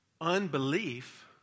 unbelief